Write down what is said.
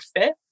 fit